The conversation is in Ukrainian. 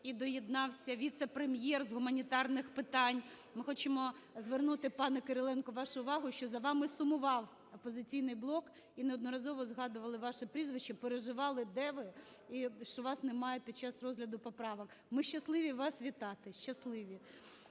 і доєднався віце-прем'єр з гуманітарних питань. Ми хочемо звернути, пане Кириленко, вашу увагу, що за вами сумував "Опозиційний блок" і неодноразово згадували ваше прізвище, переживали де ви, і що вас немає під час розгляду поправок. Ми щасливі вас вітати, щасливі,